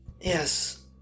Yes